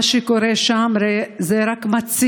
מה שקורה שם רק מתסיס